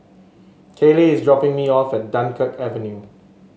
Kaylie is dropping me off at Dunkirk Avenue